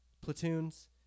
platoons